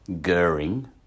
Goering